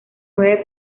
nueve